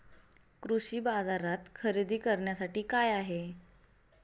कृषी बाजारात खरेदी करण्यासाठी काय काय आहे?